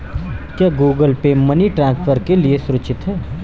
क्या Google pay money transfer के लिए सुरक्षित है?